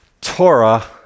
Torah